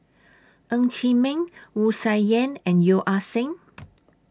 Ng Chee Meng Wu Tsai Yen and Yeo Ah Seng